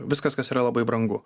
viskas kas yra labai brangu